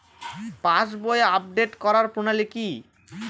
পাসবই update করার প্রণালী কি?